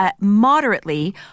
moderately